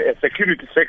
security